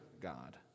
God